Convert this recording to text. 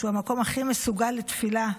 במקום שהוא הכי מסוגל לתפילה,